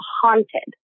haunted